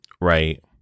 right